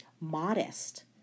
modest